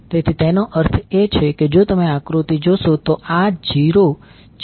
તેથી તેનો અર્થ એ છે કે જો તમે આકૃતિ જોશો તો આ 0 છે અને આ ફરીથી 0 છે